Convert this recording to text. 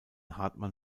hartmann